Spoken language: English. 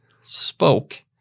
spoke